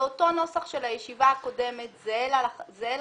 זה אותו נוסח של הישיבה הקודמת, זהה לחלוטין,